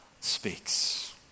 speaks